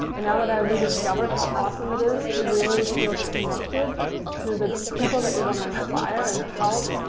and now that i rediscovered how awesome it is to really feel connected to the people that you want to inspire and help,